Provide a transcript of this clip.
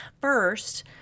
first